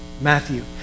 Matthew